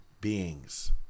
beings